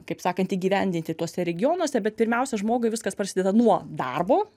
kaip sakant įgyvendinti tuose regionuose bet pirmiausia žmogui viskas prasideda nuo darbo